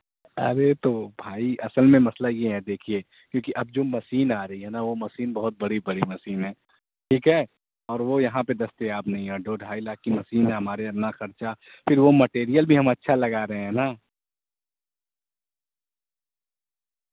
ارے تو بھائی اصل میں مسئلہ یہ ہے دیکھیے کیونکہ اب جو مشین آ رہی ہے نا وہ مشین بہت بڑی بڑی مشین ہے ٹھیک ہے اور وہ یہاں پہ دستیاب نہیں ہیں دو ڈھائی لاکھ کی مشین ہے ہمارے اتنا خرچہ پھر وہ مٹیریل بھی ہم اچھا لگا رہے ہیں نا